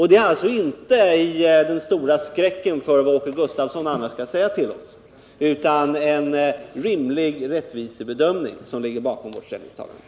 Det är alltså inte den stora skräcken för vad Åke Gustavsson annars skulle säga till oss utan en rimlig rättvisebedömning som ligger bakom vårt ställningstagande.